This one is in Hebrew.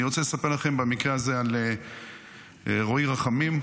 אני רוצה לספר לכם במקרה הזה על רועי רחמים,